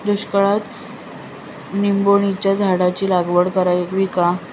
दुष्काळात निंबोणीच्या झाडाची लागवड करावी का?